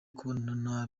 kubonana